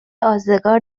ازگار